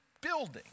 building